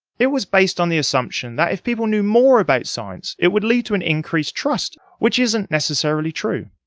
it was based on the assumption that if people knew more about science it would lead to an increased trust. which isn't necessarily true.